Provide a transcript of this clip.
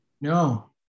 No